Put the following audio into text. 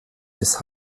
des